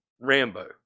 rambo